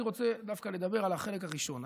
אני רוצה דווקא לדבר על החלק הראשון,